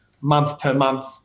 month-per-month